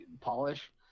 polish